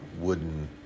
wooden